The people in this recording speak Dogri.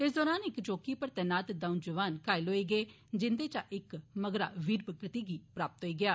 इस दौरान इक चौकी पर तैनात दंऊ जवान घायल होई गे जिन्दे चा इक मगरा वीरगति गी प्राप्त होआ